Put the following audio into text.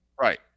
Right